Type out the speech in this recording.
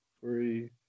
three